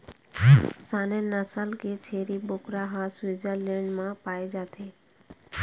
Saanen नसल के छेरी बोकरा ह स्वीटजरलैंड म पाए जाथे